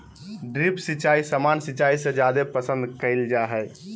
drip सिंचाई सामान्य सिंचाई से जादे पसंद कईल जा हई